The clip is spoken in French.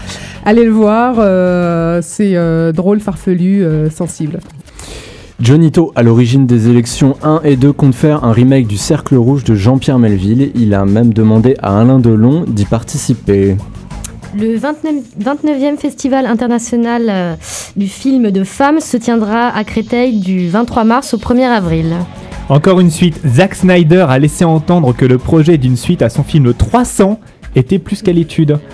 Allez le voir, euh, c'est, euh, drôle, farfelu, euh, sensible. Johnnie To, à l'origine des Élections 1 et 2, compte faire un remake du Cercle Rouge de Jean-Pierre Melville. Il a même demandé à Alain Delon d'y participer. Le vingt-neuvi- 29e festival international, euh, du film de femmes se tiendra à Créteil du 23 mars au 1er avril. Encore une suite. Zack Snyder a laissé entendre que le projet d'une suite à son film 300 était plus qu'à l'étude.